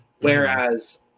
Whereas